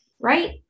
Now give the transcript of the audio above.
Right